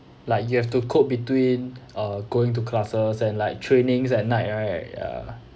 like you have to cope between uh going to classes and like trainings at night right ya